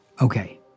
Okay